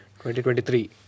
2023